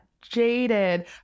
jaded